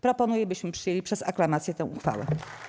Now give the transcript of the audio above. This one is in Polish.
Proponuję, byśmy przyjęli przez aklamację tę uchwałę.